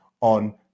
on